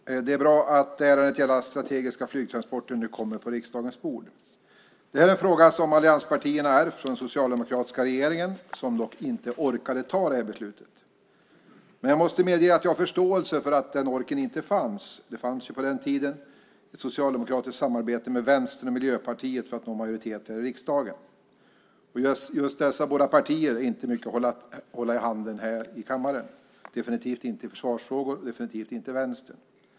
Fru talman! Det är bra att ärendet om strategiska flygtransporter nu ligger på riksdagens bord. Detta är en fråga som allianspartierna har ärvt från den socialdemokratiska regeringen som inte orkade ta beslut. Jag måste dock medge att jag har förståelse för att den orken inte fanns. På den tiden fanns det ju ett socialdemokratiskt samarbete med Vänstern och Miljöpartiet för att nå majoritet här i riksdagen. Just dessa båda partier är det inte mycket att hålla i handen här i kammaren - definitivt inte i försvarsfrågor och definitivt inte Vänstern.